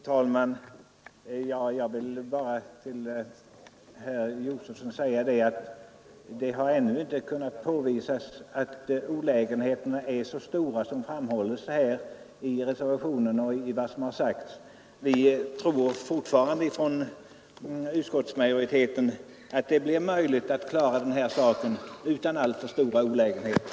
Fru talman! Till herr Josefson vill jag bara säga att det ännu inte har kunnat påvisas att olägenheterna är så stora som framhålles i reservationen och som det har sagts i kammaren. Utskottsmajoriteten tror fortfarande att det blir möjligt att klara detta utan alltför stora olägenheter.